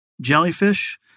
jellyfish